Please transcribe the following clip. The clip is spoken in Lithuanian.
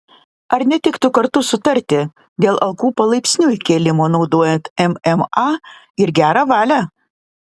ar netiktų kartu sutarti dėl algų palaipsniui kėlimo naudojant mma ir gerą valią